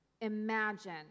imagine